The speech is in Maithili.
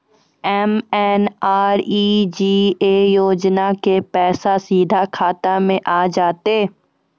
एम.एन.आर.ई.जी.ए योजना के पैसा सीधा खाता मे आ जाते?